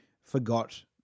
forgot